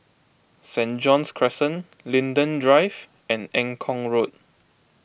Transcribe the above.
Saint John's Crescent Linden Drive and Eng Kong Road